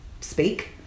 speak